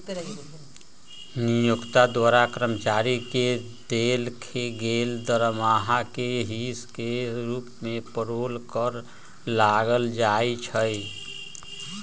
नियोक्ता द्वारा कर्मचारी के देल गेल दरमाहा के हिस के रूप में पेरोल कर लगायल जाइ छइ